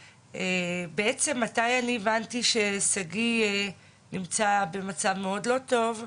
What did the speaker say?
בעצם מתי אני הבנתי ששגיא נמצא במצב מאוד לא טוב,